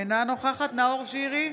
אינה נוכחת נאור שירי,